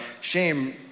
shame